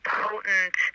potent